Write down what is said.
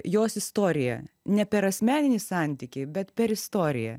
jos istoriją ne per asmeninį santykį bet per istoriją